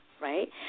right